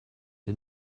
der